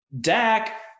Dak